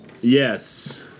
Yes